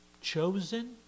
chosen